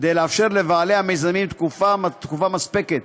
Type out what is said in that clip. כדי לאפשר לבעלי המיזמים תקופה מספקת